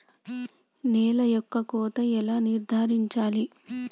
నేల యొక్క కోత ఎలా నిర్ధారించాలి?